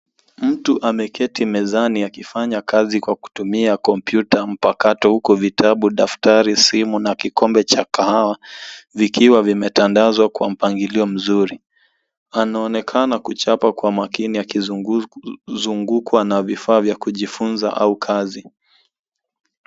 Mtu ameketi mezani akifanya kazi kwa kutumia kompyuta mpakato huku vitabu, daftari, simu na kikombe cha kahawa vikiwa vimetandazwa kwa mpangilio mzuri. Anaonekana kuchapa kwa makini akizungukwa na vifaa vya kujifunza au kazi.